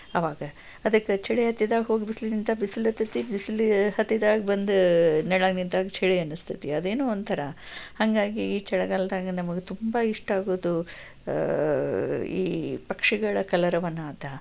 ಆವಾಗ ಅದಕ್ಕೆ ಚಳಿ ಹತ್ತಿದಾಗ ಹೋಗಿ ಬಿಸಿಲಿಗೆ ನಿಂತಾಗ ಬಿಸಿಲು ಇರತೈತಿ ಬಿಸಿಲು ಹತ್ತಿದಾಗ ಬಂದು ನೆಳ್ಲಾಗ ನಿಂತಾಗ ಚಳಿ ಅನಿಸ್ತೈತಿ ಅದೇನೊ ಒಂಥರ ಹಾಗಾಗಿ ಈ ಚಳಿಗಾಲ್ದಾಗ ನಮಗೆ ತುಂಬ ಇಷ್ಟ ಆಗೋದು ಈ ಪಕ್ಷಿಗಳ ಕಲರವ ನಾದ